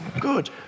good